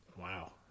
Wow